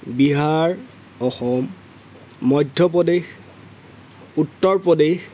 Bihar Assam Madhya Pradesh Uttar Pradesh